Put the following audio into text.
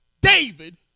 David